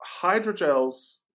hydrogels